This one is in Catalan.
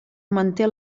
manté